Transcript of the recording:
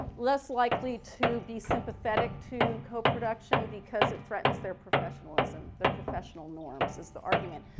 less likely to be sympathetic to coproduction because its threatens their professionalism, their professional norms is the argument.